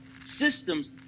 systems